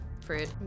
fruit